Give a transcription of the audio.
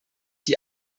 die